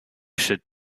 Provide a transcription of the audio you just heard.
should